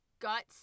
guts